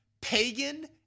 pagan